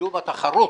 לקידום התחרות.